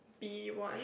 B one